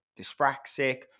dyspraxic